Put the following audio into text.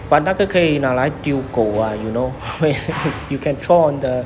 but 那个可以来丢狗 ah you know you can throw on the